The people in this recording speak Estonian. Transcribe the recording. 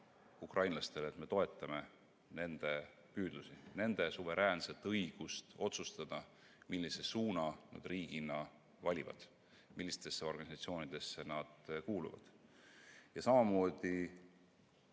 ukrainlastele, et me toetame nende püüdlusi, nende suveräänset õigust otsustada, millise suuna nad riigina valivad, millistesse organisatsioonidesse nad kuuluvad. Samamoodi